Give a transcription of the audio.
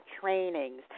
trainings